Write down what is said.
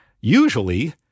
Usually